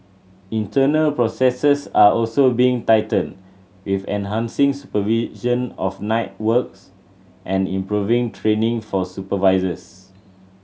internal processes are also being tightened with enhancing supervision of night works and improving training for supervisors